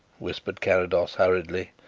whispered carrados hurriedly.